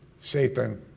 Satan